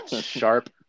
sharp